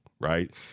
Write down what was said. right